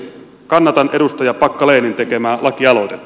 kannatan edustaja packalenin tekemää lakialoitetta